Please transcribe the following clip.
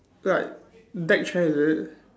like deck chair is it